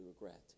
regret